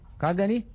kagani